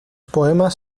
poemas